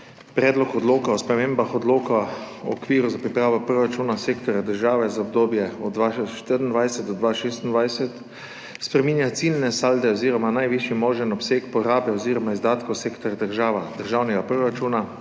Predlog odloka o spremembah Odloka o okviru za pripravo proračuna sektorja država za obdobje 2024–2026 spreminja ciljne salde oziroma najvišji možen obseg porabe oziroma izdatkov sektorja država, državnega proračuna,